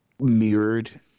mirrored